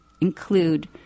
include